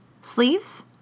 Sleeves